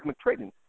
trading